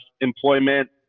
employment